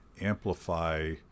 amplify